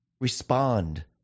respond